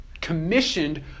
commissioned